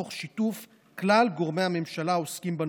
תוך שיתוף כלל גורמי הממשלה העוסקים בנושא.